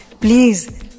Please